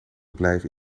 blijven